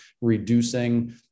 reducing